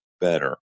better